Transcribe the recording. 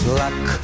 luck